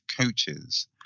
coaches